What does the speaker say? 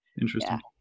Interesting